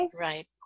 Right